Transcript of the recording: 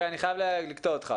אני חייב לקטוע אותך.